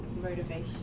motivation